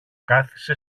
κάθισε